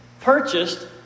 purchased